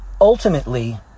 Ultimately